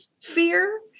fear